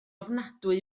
ofnadwy